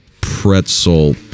pretzel